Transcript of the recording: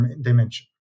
dimension